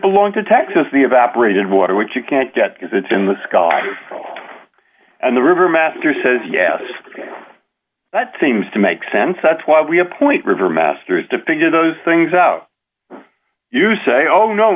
belong to texas the evaporated water which you can't get because it's in the sky and the river master says yes that seems to make sense that's why we appoint river masters to figure those things out you say oh no